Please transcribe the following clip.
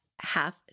half